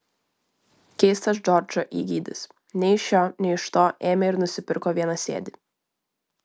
keistas džordžo įgeidis nei iš šio nei iš to ėmė ir nusipirko vienasėdį